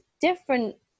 different